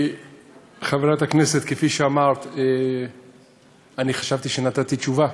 חברת הכנסת, כפי שאמרת, אני חשבתי שנתתי תשובה.